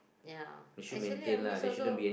ya actually I miss also